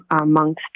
amongst